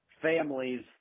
Families